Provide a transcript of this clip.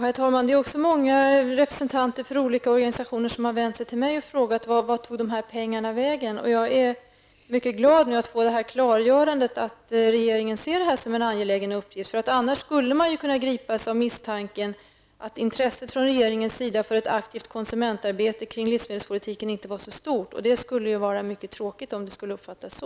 Herr talman! Det är också många representanter från olika organisationer som har vänt sig till mig och frågat vart dessa pengar har tagit vägen. Jag är mycket glad att få detta klargörande, dvs. att regeringen ser detta som en angelägen uppgift. Annars skulle man kunna gripas av misstanken att regeringens intresse för ett aktivt konsumentarbete i livsmedelspolitiken inte vore så stort, och det skulle vara mycket tråkigt om det skulle uppfattas så.